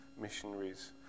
missionaries